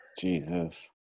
Jesus